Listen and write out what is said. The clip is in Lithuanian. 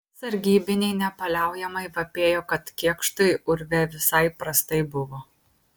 sargybiniai nepaliaujamai vapėjo kad kėkštui urve visai prastai buvo